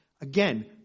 again